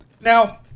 Now